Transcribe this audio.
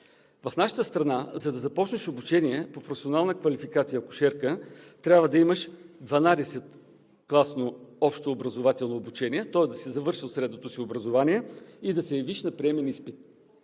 В нашата страна, за да започнеш обучение по професионална квалификация „акушерка“, трябва да имаш 12-класно общообразователно обучение, тоест да си завършил средното си образование и да се явиш на приемен изпит.